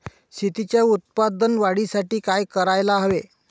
शेतीच्या उत्पादन वाढीसाठी काय करायला हवे?